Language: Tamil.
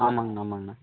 ஆமாங்கண்ணா ஆமாங்கண்ணா